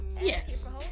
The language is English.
Yes